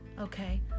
Okay